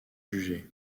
jugée